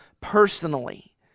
personally